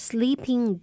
Sleeping